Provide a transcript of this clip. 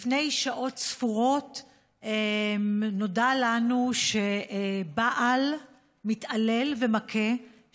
לפני שעות ספורות נודע לנו שבעל מתעלל ומכה,